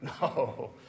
No